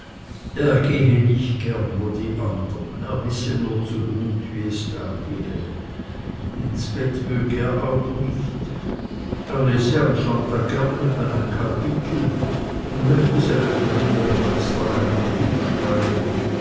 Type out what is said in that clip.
gehe nicht gerne wo die andern er wisse nur zu gut wie es da gehe ins bett möge er auch nicht er lese am sonntag gern öppe ein kapitel und möchte seinem frühern meister einen brief schreiben